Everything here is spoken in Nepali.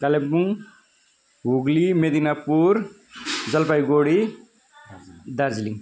कालेबुङ हुगली मिद्नापुर जलपाइगडी दार्जिलिङ